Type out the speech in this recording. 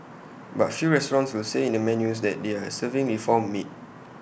but few restaurants will say in their menus that they are serving reformed meat